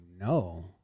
no